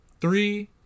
three